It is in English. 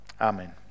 Amen